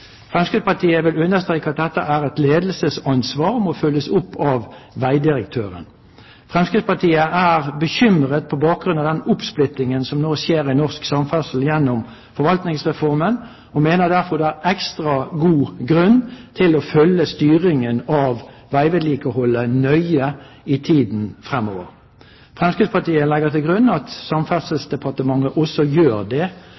Fremskrittspartiet vil understreke at dette er et ledelsesansvar, og at det må følges opp av vegdirektøren. Fremskrittspartiet er bekymret på bakgrunn av den oppsplittingen som nå skjer i norsk samferdsel gjennom forvaltningsreformen, og mener derfor det er ekstra god grunn til å følge styringen av veivedlikeholdet nøye i tiden fremover. Fremskrittspartiet legger til grunn at Samferdselsdepartementet også gjør det,